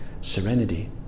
serenity